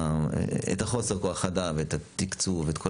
את חוסר כוח האדם ואת התקצוב ואת כל